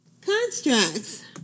Constructs